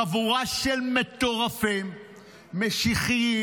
חבורה של מטורפים משיחיים